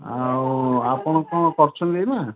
ଆଉ ଆପଣ କ'ଣ କରୁଛନ୍ତି ଏଇନା